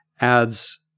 adds